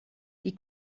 die